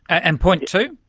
and point two?